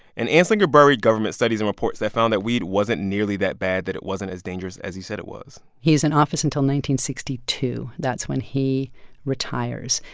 and anslinger buried government studies and reports that found that weed wasn't nearly that bad that it wasn't as dangerous as he said it was he's in office until one sixty two. that's when he retires.